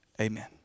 Amen